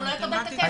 הוא לא יקבל את הכסף.